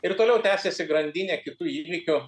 ir toliau tęsiasi grandinė kitų įvykių